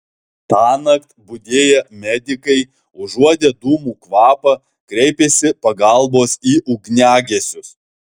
tąnakt budėję medikai užuodę dūmų kvapą kreipėsi pagalbos į ugniagesius